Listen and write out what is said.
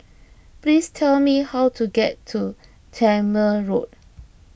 please tell me how to get to Tangmere Road